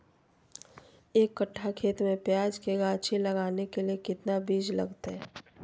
एक कट्ठा खेत में प्याज के गाछी लगाना के लिए कितना बिज लगतय?